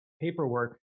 paperwork